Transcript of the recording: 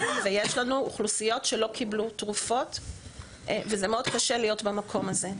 ויש לנו אוכלוסיות שלא קיבלו תרופות וזה מאוד קשה להיות במקום הזה.